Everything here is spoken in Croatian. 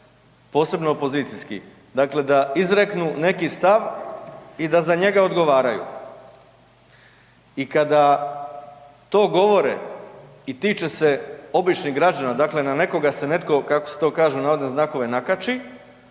posebno opozicijski, dakle da izreknu neki stav i da za njega odgovaraju. I kada to govore i tiče se običnih građana, dakle na nekoga se netko, kako se to kaže „nakači“